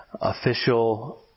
official